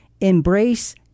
embrace